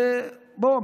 בוא,